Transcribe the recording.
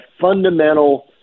fundamental